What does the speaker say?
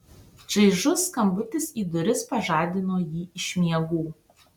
čaižus skambutis į duris pažadino jį iš miegų